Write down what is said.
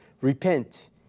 Repent